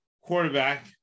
quarterback